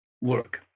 work